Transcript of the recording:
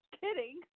kidding